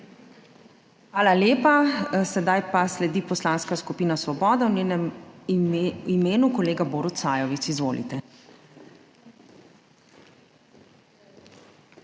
Hvala lepa. Sedaj pa sledi Poslanska skupina Svoboda, v njenem imenu kolega Borut Sajovic. Izvolite.